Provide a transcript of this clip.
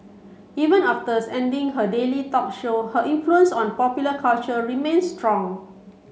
even after ending her daily talk show her influence on popular culture remain strong